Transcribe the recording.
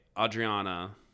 Adriana